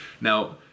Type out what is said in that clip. Now